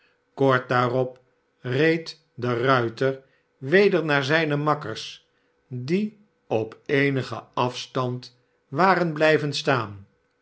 kort daarop reed de ruiter weder naar zijne makkers die op eenigen afstand waren blijven staan